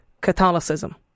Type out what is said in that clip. Catholicism